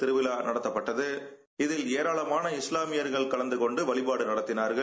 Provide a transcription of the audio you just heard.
திருவிழா நடத்தப்பட்டது இதில் ஏராளமான இஸ்லாமியினர் கலந்து கொண்ட வழிபாடு நடத்தினார்கள்